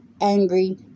angry